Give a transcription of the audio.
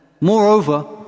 Moreover